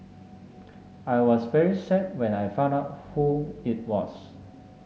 I was very sad when I found out who it was